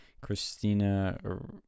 Christina